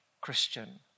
Christian